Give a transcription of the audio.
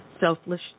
Selfless